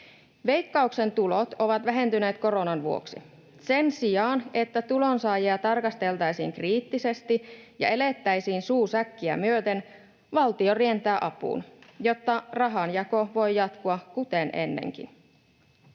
Veikkauksen tulot ovat vähentyneet koronan vuoksi. Sen sijaan, että tulonsaajia tarkasteltaisiin kriittisesti ja elettäisiin suu säkkiä myöten, valtio rientää apuun, jotta rahanjako voi jatkua kuten ennenkin.